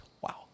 Wow